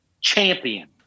champion